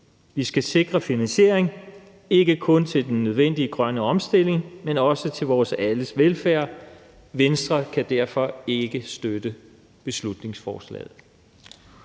Vi skal sikre finansiering, ikke kun til den nødvendige grønne omstilling, men også til vores alles velfærd. Venstre kan derfor ikke støtte beslutningsforslaget.